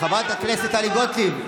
חברת הכנסת טלי גוטליב,